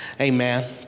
Amen